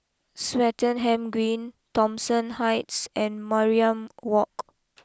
Swettenham Green Thomson Heights and Mariam walk